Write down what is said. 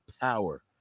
power